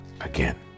again